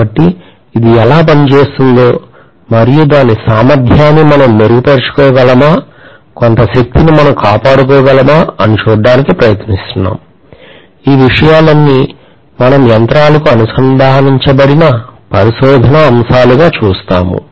కాబట్టి ఇది ఎలా పనిచేస్తుందో మరియు దాని సామర్థ్యాన్ని మనం మెరుగుపరుచుకోగలమా కొంత శక్తిని మనం కాపాడుకోగలమా అని చూడటానికి ప్రయత్నిస్తున్నాము ఈ విషయాలన్నీ మనం యంత్రాలకు అనుసంధానించబడిన పరిశోధనా అంశాలుగా చూస్తాము